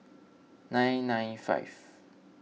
nine nine five